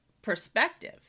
perspective